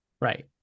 Right